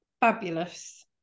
Fabulous